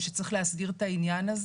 ושצריך להסדיר את העניין.